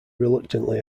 reluctantly